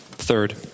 Third